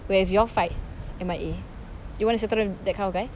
where if you all fight M_I_A you want to settle with that kind of guy